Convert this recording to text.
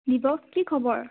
দীপক কি খবৰ